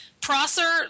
Prosser